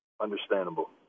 Understandable